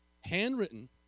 handwritten